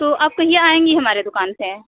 तो आप कहिए आएंगी हमारी दुकान पर